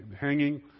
hanging